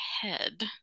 head